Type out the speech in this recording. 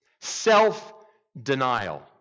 Self-denial